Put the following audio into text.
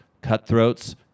cutthroats